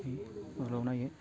मबाइलाव नायो